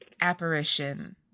apparition